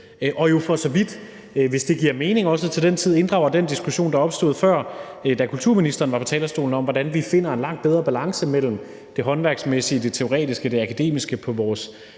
og vi for så vidt i det omfang, det giver mening, også inddrager den diskussion, der opstod før, da kulturministeren var på talerstolen, om, hvordan vi finder en langt bedre balance mellem det håndværksmæssige, det teoretiske og det akademiske på vores